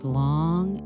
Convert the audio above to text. long